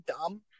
dumb